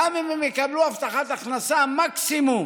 גם אם יקבלו הבטחת הכנסה, במקסימום